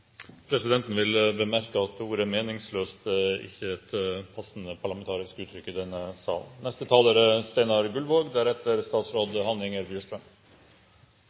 Presidenten vil bemerke at ordet «meningsløst» ikke er et passende parlamentarisk uttrykk.